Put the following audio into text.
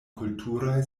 kulturaj